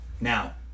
Now